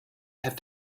have